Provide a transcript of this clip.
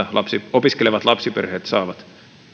opiskelevat lapsiperheet saavat